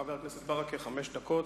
חבר הכנסת ברכה, חמש דקות.